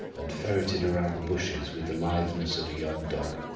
and ferreted around the bushes with the litheness of a young dog.